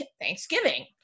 thanksgiving